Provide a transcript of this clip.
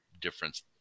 difference